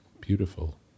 Beautiful